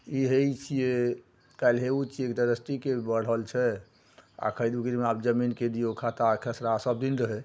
ई हे ई छिए काल्हि हे ओ छिए एकटा रजिस्ट्रीके बढ़ल छै आओर खरिदू बीचमे आब जमीनके दिऔ खाता खेसरा सबदिन रहै